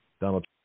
Donald